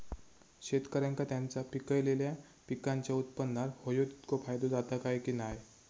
शेतकऱ्यांका त्यांचा पिकयलेल्या पीकांच्या उत्पन्नार होयो तितको फायदो जाता काय की नाय?